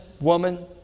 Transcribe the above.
woman